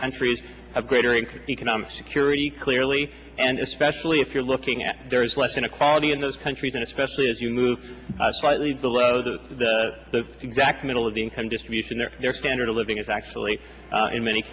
countries have greater increase economic security clearly and especially if you're looking at there is less inequality in those countries and especially as you move slightly below that of the exact middle of the income distribution their their standard of living is actually in many